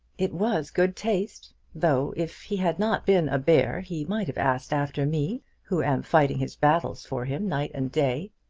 it was good taste though if he had not been a bear he might have asked after me, who am fighting his battles for him night and day.